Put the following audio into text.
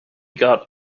got